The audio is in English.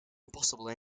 impossible